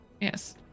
yes